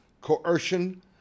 coercion